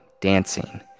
dancing